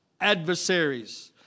adversaries